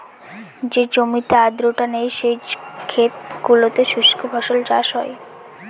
যে জমিতে আর্দ্রতা নেই, সেই ক্ষেত গুলোতে শুস্ক ফসল চাষ হয়